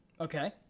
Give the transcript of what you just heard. okay